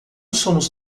somos